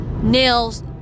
nails